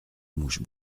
mouche